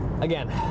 Again